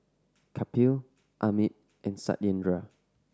Kapil Amit and Satyendra